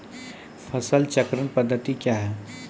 फसल चक्रण पद्धति क्या हैं?